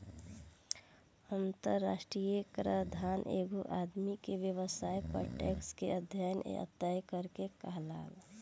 अंतरराष्ट्रीय कराधान एगो आदमी के व्यवसाय पर टैक्स के अध्यन या तय करे के कहाला